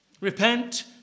Repent